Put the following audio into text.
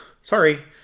Sorry